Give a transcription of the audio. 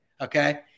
okay